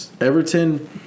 Everton